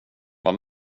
vad